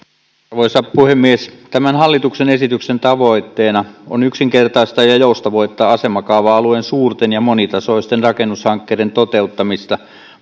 arvoisa puhemies tämän hallituksen esityksen tavoitteena on yksinkertaistaa ja joustavoittaa asemakaava alueen suurten ja monitasoisten rakennushankkeiden toteuttamista